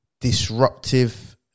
disruptive